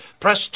press